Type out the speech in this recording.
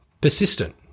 persistent